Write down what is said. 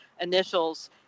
initials